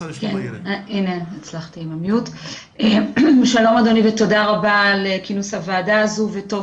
שלום אדוני ותודה רבה לכינוס הוועדה הזו וטוב